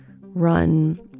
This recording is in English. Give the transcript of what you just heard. run